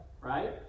right